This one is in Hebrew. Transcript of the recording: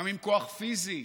לפעמים כוח פיזי,